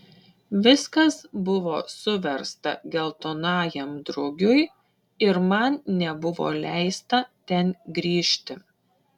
viskas buvo suversta geltonajam drugiui ir man nebuvo leista ten grįžti